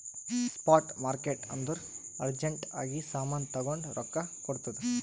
spot market ಅಂದುರ್ urgent ಆಗಿ ಸಾಮಾನ್ ತಗೊಂಡು ರೊಕ್ಕಾ ಕೊಡ್ತುದ್